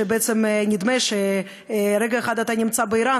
שבעצם נדמה שברגע אחד אתה נמצא באיראן